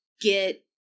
get